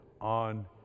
on